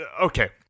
okay